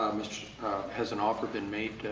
has an offer been made,